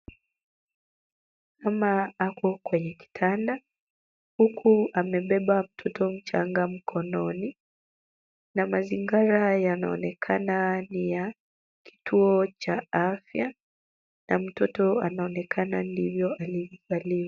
Mama ako kwenye kitanda huku amebeba mtoto mchanga mkononi na mazingara yanaonekana ni ya kituo cha afya. Na mtoto anaonekana ndivyo alivyozaliwa.